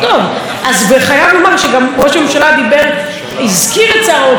אז חייבים לומר שגם כשראש הממשלה דיבר הוא הזכיר את שר האוצר משה כחלון,